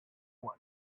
one